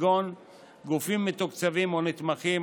גופים מתוקצבים או נתמכים,